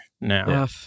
now